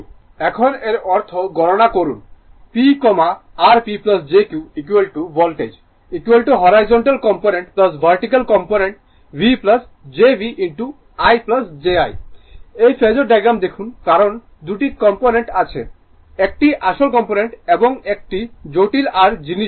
এখন এর অর্থ গণনা করুন P r P jQ voltage horizontal component vertical কম্পোনেন্টV jV ' i j I এই ফেজোর ডায়াগ্রাম দেখুন কারণ 2 টি কম্পোনেন্ট আছে একটি আসল কম্পোনেন্ট এবং অন্যটি জটিল r জিনিস বলা হয়